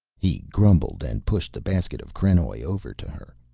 he grumbled and pushed the basket of krenoj over to her.